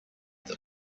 that